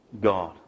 God